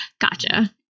Gotcha